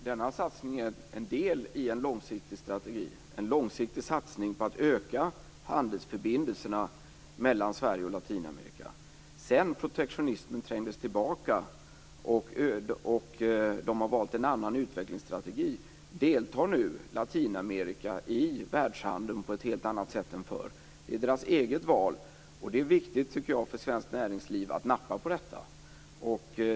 Fru talman! Denna satsning är en del i en långsiktig strategi. Det är en långsiktig satsning på att öka handelsförbindelserna mellan Sverige och Latinamerika. Sedan protektionismen trängdes tillbaka och man har valt en annan utvecklingsstrategi, deltar nu Latinamerika i världshandeln på ett helt annat sätt än förr. Det är deras eget val. Det är viktigt för svenskt näringsliv att nappa på detta.